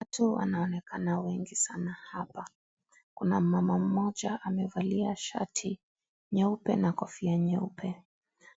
Watu wanaonekana wengi sana hapa. Kuna mama mmoja amevalia shati nyeupe na kofia nyeupe